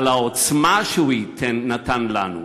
אבל העוצמה שהוא נתן לו.